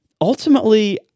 ultimately